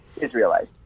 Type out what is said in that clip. Israelites